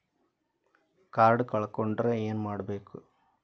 Card ಕಳ್ಕೊಂಡ್ರ ಏನ್ ಮಾಡಬೇಕು?